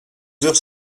heures